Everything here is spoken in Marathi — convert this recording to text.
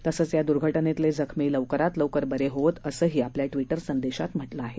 तसंच या दुर्घटनेतले जखमी लवकरात बरे होवोत असं आपल्या ट्विटर संदेशात म्हटलं आहे